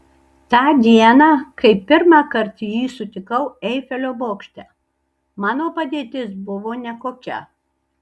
tą dieną kai pirmąkart jį sutikau eifelio bokšte mano padėtis buvo nekokia